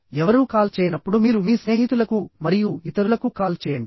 ఎవరూ కాల్ చేయనప్పుడు మీరు మీ స్నేహితులకు మరియు ఇతరులకు కాల్ చేయండి